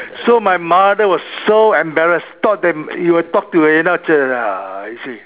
so my mother was so embarrassed thought that he will talk to end up ah you see